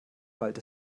bald